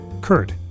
Kurt